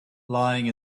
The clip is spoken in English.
lying